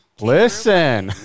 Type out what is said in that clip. Listen